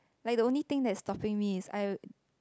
like the only thing that is stopping me is I